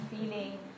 feeling